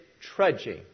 trudging